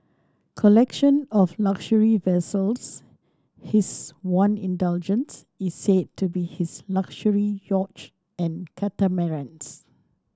collection of luxury vessels his one indulgence is said to be his luxury yachts and catamarans